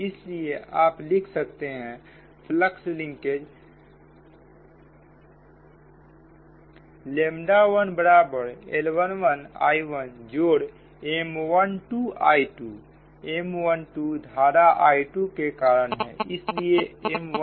इसलिए आप लिख सकते हैं फ्लक्स लिंकेज 1 बराबर L11I1जोड़ M12I2M12 धारा I2के कारण है इसलिए M12I2